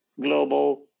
Global